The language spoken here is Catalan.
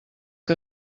que